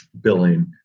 billing